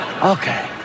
okay